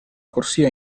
corsia